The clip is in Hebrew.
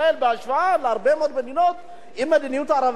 מאוד מדינות היא מדיניות רווחה טובה מאוד,